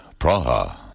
Praha